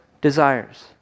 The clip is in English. desires